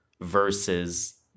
versus